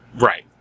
Right